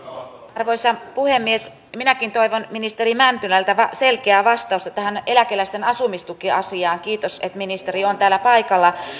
arvoisa puhemies minäkin toivon ministeri mäntylältä selkeää vastausta tähän eläkeläisten asumistukiasiaan kiitos että ministeri on täällä paikalla